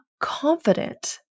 confident